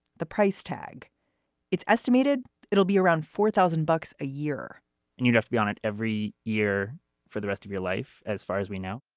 the price tag it's estimated it'll be around four thousand bucks a year and you'd have to be on it every year for the rest of your life. as far as we know